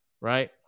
right